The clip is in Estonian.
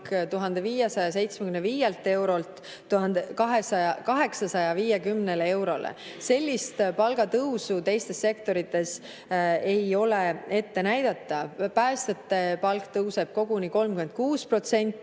1575 eurolt 1850 eurole. Sellist palgatõusu teistes sektorites ette ei ole näidata. Päästjate palk tõuseb koguni 36%,